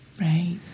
Right